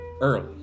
early